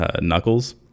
knuckles